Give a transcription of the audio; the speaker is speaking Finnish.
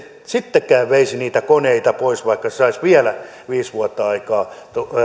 sittenkään veisi niitä koneita pois vaikka saisi vielä viisi vuotta aikaa